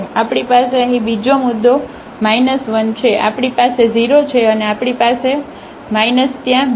આપણી પાસે અહીં બીજો મુદ્દો 1 છે આપણી પાસે 0 છે અને આપણી પાસે છે ત્યાં 2 છે